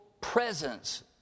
presence